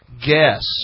Guess